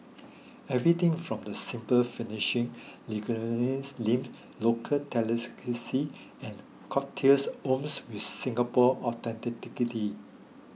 everything from the simple finishing name local delicacies and cocktails oozes with Singapore authenticity